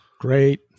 Great